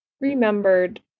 remembered